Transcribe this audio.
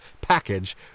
package